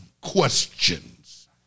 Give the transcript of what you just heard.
questions